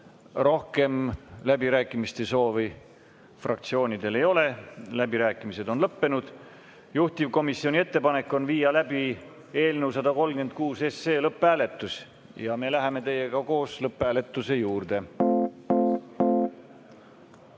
Rohkem läbirääkimiste soovi fraktsioonidel ei ole, läbirääkimised on lõppenud. Juhtivkomisjoni ettepanek on viia läbi eelnõu 136 lõpphääletus ja me läheme teiega koos lõpphääletuse